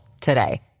today